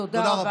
תודה רבה.